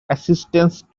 assistance